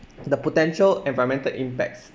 the potential environmental impacts